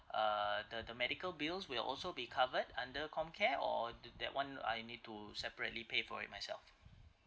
uh the the medical bills will also be covered under COMCARE or th~ that one I need to separately pay for it myself